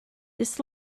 this